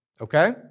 okay